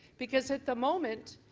because at the moment,